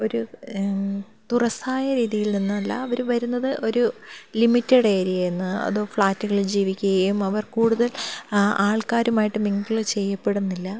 ഒരു തുറസായ രീതിയിൽ നിന്നല്ല അവർ വരുന്നത് ഒരു ലിമിറ്റഡ് ഏരിയയയിൽ നിന്ന് അതോ ഫ്ലാറ്റുകളിൽ ജീവിക്കുകയും അവർ കൂടുതൽ ആൾക്കാരുമായിട്ട് മിംഗിൾ ചെയ്യപ്പെടുന്നില്ല